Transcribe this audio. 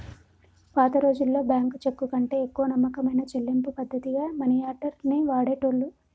పాతరోజుల్లో బ్యేంకు చెక్కుకంటే ఎక్కువ నమ్మకమైన చెల్లింపు పద్ధతిగా మనియార్డర్ ని వాడేటోళ్ళు